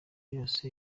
yose